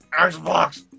Xbox